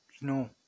No